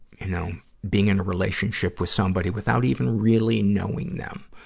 you know being in a relationship with somebody without even really knowing them.